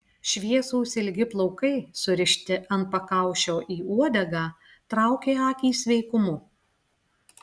šviesūs ilgi plaukai surišti ant pakaušio į uodegą traukė akį sveikumu